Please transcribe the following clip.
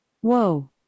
Whoa